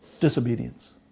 Disobedience